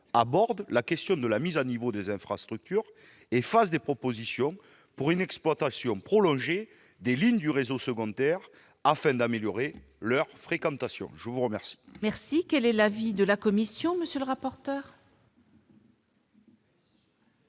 aborde la question de la mise à niveau des infrastructures et formule des propositions pour une exploitation prolongée des lignes du réseau secondaire, afin d'améliorer leur fréquentation. Quel est l'avis de la commission ? Le rapport